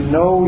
no